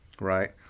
right